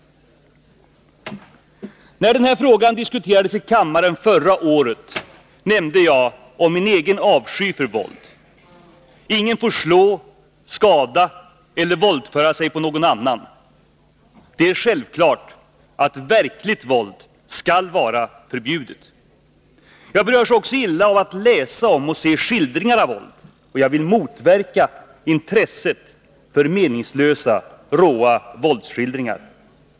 När den här frågan diskuterades i kammaren förra året nämnde jag om min egen avsky för våld. Ingen får slå, skada eller våldföra sig på någon annan. Det är självklart att verkligt våld skall vara förbjudet. Jag berörs också illa av att läsa om och se skildringar av våld. Jag vill motverka intresset för meningslösa, råa våldsskildringar.